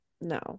No